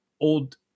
old